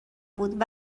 بود